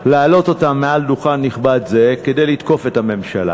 להעלות אותם מעל דוכן נכבד זה כדי לתקוף את הממשלה.